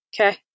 Okay